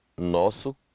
Nosso